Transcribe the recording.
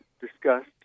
discussed